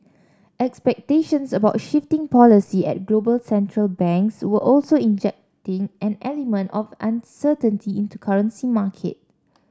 expectations about shifting policy at global central banks were also injecting an element of uncertainty into currency market